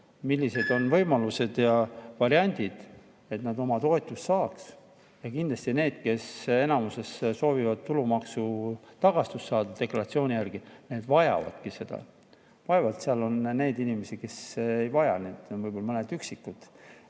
millised on võimalused ja variandid, et nad oma toetust saaksid. Ja kindlasti need, kes soovivad tulumaksutagastust saada deklaratsiooni järgi, need vajavadki seda. Vaevalt seal on neid inimesi, kes ei vaja, võib-olla mõned üksikud